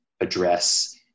address